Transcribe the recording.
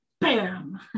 bam